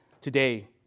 today